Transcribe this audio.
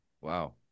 Wow